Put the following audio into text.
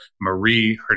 Marie